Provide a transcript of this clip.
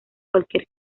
cualquier